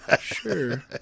Sure